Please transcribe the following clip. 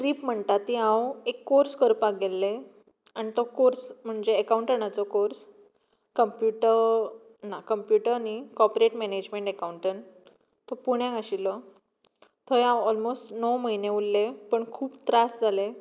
trip म्हणटा ती हांव एक कोर्स करपाक गेल्लें आनी तो कोर्स म्हणजे एकावंटणाचो कोर्स कंम्पुटर ना कंम्पुटर न्ही कॉपरेट मॅनेजमँट अकावंटंट तो पुण्याक आशिल्लो थंय हांव ऑलमोस्ट णव म्हयने उरलें पूण खूब त्रास जाले